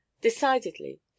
Decidedly